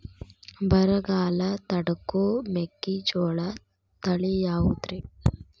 ಬರಗಾಲ ತಡಕೋ ಮೆಕ್ಕಿಜೋಳ ತಳಿಯಾವುದ್ರೇ?